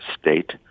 state